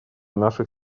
наших